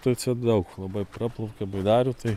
tai čia daug labai praplaukia baidarių tai